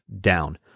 down